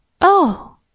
Oh